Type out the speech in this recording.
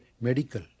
medical